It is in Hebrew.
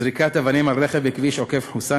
זריקת אבנים על רכב בכביש עוקף-חוסאן.